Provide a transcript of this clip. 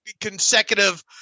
consecutive